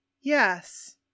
yes